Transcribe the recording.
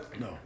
No